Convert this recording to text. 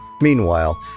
Meanwhile